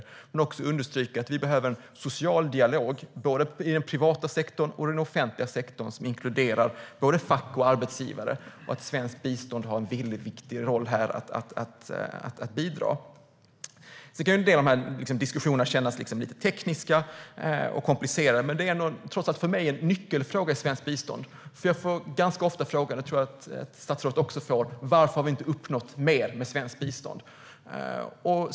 Man behöver också understryka att det behövs en social dialog i såväl den privata som den offentliga sektorn som inkluderar både fack och arbetsgivare och att svenskt bistånd har en viktig roll här. En del av diskussionerna kan kännas lite tekniska och komplicerade, men en nyckelfråga är: Varför har vi inte uppnått mer med svenskt bistånd? Jag får ofta den frågan, och det tror jag att statsrådet också får.